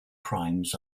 crimes